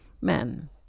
men